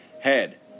head